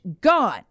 gone